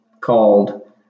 called